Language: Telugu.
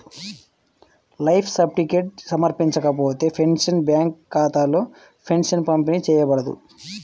లైఫ్ సర్టిఫికేట్ సమర్పించకపోతే, పెన్షనర్ బ్యేంకు ఖాతాలో పెన్షన్ పంపిణీ చేయబడదు